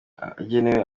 agenewe